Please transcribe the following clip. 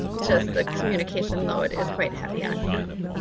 just the communication load is quite heavy on him.